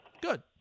Good